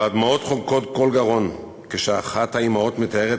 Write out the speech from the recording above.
והדמעות חונקות כל גרון כשאחת האימהות מתארת